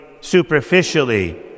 superficially